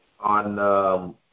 on –